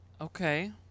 Okay